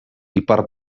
ipar